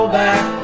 back